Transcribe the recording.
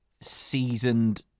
seasoned